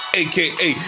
aka